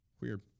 Weird